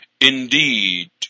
Indeed